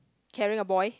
carrying a boy